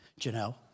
Janelle